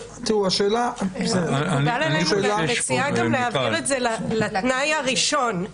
אני מציעה להעביר את זה לתנאי הראשון,